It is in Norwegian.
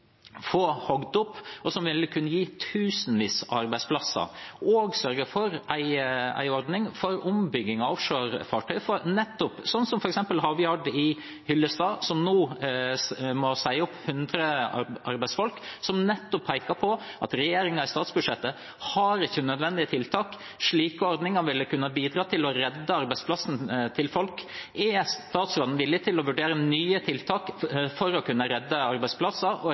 hogd opp, som ville kunne gi tusenvis av arbeidsplasser. En burde også sørget for en ordning for ombygging av offshore-fartøy. For eksempel har Havyard i Hyllestad kommune, som nå må si opp 100 arbeidsfolk, pekt på at regjeringens statsbudsjett ikke har nødvendige tiltak. Slike ordninger ville kunne bidra til å redde folks arbeidsplasser. Er statsråden villig til å vurdere nye tiltak for å redde arbeidsplasser og